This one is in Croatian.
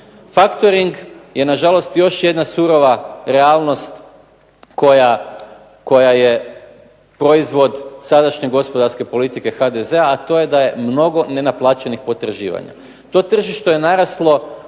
FActoring je na žalost još jedna surova realnost koja je proizvod sadašnje gospodarske politike HDZ-a a to je da je mnogo neplaćenih potraživanja. To tržište je naraslo